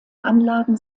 anlagen